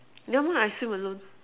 never mind I swim alone